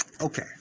Okay